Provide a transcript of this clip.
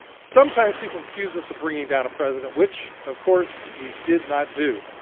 sometimes people accuse us of bringing down a president, which of course we did not do.